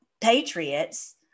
patriots